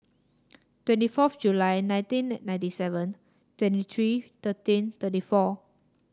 twenty fourth July nineteen ninety seven twenty three thirteen thirty four